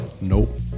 Nope